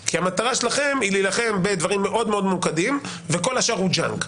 כי המטרה שלכם היא להילחם בדברים מאוד מאוד ממוקדים וכל השאר הוא ג'אנק.